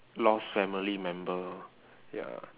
lost family member ya